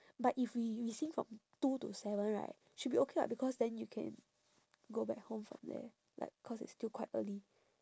but if we we sing from two to seven right should be okay [what] because then you can go back home from there like cause it's still quite early